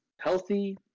healthy